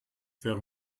wäre